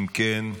אם כן,